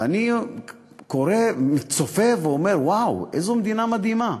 ואני צופה ואומר: וואו, איזו מדינה מדהימה.